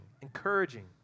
encouraging